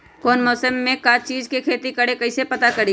कौन मौसम में का चीज़ के खेती करी कईसे पता करी?